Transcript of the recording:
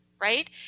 right